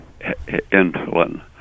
insulin